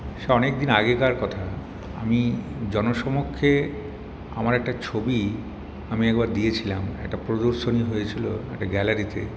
সে অনেকদিন আগেকার কথা আমি জনসমক্ষে আমার একটা ছবি আমি একবার দিয়েছিলাম একটা প্রদর্শনী হয়েছিল একটা গ্যালারীতে